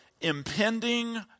impending